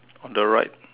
on the right